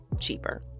cheaper